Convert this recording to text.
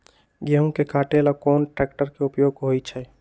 गेंहू के कटे ला कोंन ट्रेक्टर के उपयोग होइ छई?